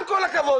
עם כל הכבוד.